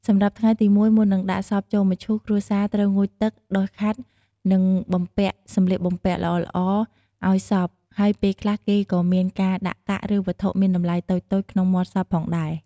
សម្រាប់ថ្ងៃទី១ មុននឹងដាក់សពចូលមឈូស គ្រួសារនឹងត្រូវងូតទឹក ដុសខាត់ និងបំពាក់សម្លៀកបំពាក់ល្អៗឲ្យសព ហើយពេលខ្លះគេក៏មានការដាក់កាក់ ឬវត្ថុមានតម្លៃតូចៗក្នុងមាត់សពផងដែរ។